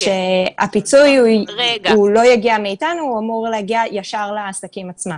הפיצוי לא יגיע מאתנו אלא הוא אמור להגיע ישר לעסקים עצמם.